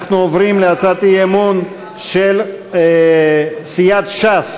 אנחנו עוברים להצעת האי-אמון של סיעת ש"ס.